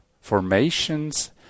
formations